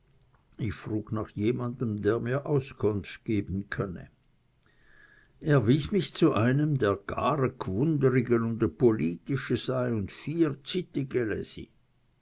ich frug nach jemandem der mir auskunft geben könne er wies mich zu einem der gar e gwundrige und e politische sei und